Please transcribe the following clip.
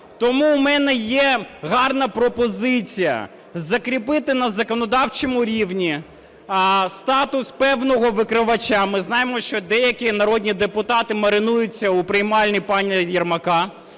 Тому у мене є гарна пропозиція закріпити на законодавчому рівні статус певного викривача. Ми знаємо, що деякі народні депутати "маринуються" у приймальні пана Єрмака.